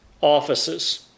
offices